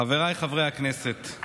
חבריי חברי הכנסת,